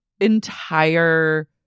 entire